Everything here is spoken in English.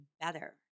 better